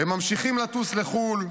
"הם ממשיכים לטוס לחו"ל,